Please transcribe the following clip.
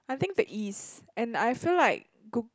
I think the ease and I feel like Goo~